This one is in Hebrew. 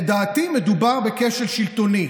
לדעתי מדובר בכשל שלטוני.